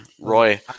Roy